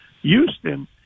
Houston